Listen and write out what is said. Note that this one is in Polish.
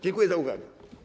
Dziękuję za uwagę.